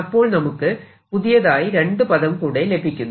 അപ്പോൾ നമുക്ക് പുതിയതായി രണ്ടു പദം കൂടെ ലഭിക്കുന്നു